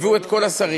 הביאו את כל השרים,